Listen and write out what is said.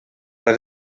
oedd